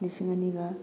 ꯂꯤꯁꯤꯡ ꯑꯅꯤꯒ